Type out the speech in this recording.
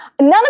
None